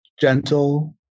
gentle